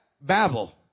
Babel